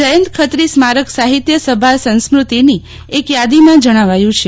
જયંત ખત્રી સ્મારક સાહિત્ય સભા સંસ્કૃતિની એક યાદીમાં જજ્ઞાવ્યું છે